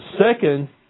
Second